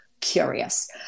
Curious